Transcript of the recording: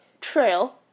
trail